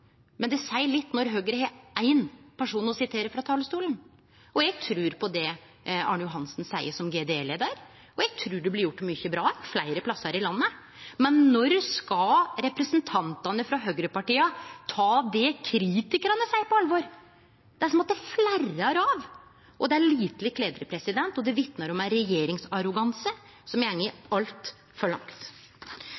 men det seier litt når Høgre har éin person å sitere frå talarstolen. Eg trur på det Arne Johannessen seier som GDE-leiar, og eg trur det blir gjort mykje bra fleire plassar i landet. Men når skal representantane frå høgrepartia ta det kritikarane seier, på alvor? Det er som om det flerrar av. Det er lite kledeleg, og det vitnar om ein regjeringsarroganse som går altfor langt. Sakene i